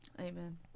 Amen